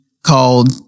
Called